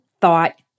thought